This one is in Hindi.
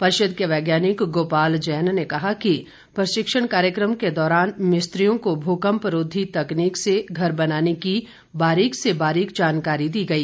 परिषद के वैज्ञानिक गोपाल जैन ने कहा कि प्रशिक्षण कार्यक्रम के दौरान मिस्त्रीयों को भूकंप रोधी तकनीक से घर बनाने की बारीक से बारीक जानकारी दी गई